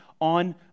on